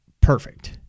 perfect